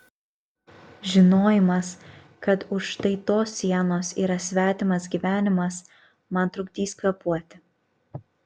žinojimas kad už štai tos sienos yra svetimas gyvenimas man trukdys kvėpuoti